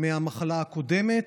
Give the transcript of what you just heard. מהמחלה הקודמת,